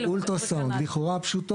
וכן הלאה.